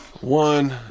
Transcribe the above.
One